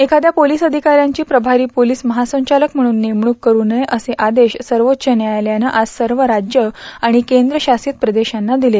एखाद्या पोलीस अधिकात्यांची प्रमारी पोलीस महासंचालक म्हणून नेमणूक करू नये असे आदेश सर्वोच्व न्यायालयानं आज सर्व राज्यं आणि केंद्रशासित प्रदेशांना दिले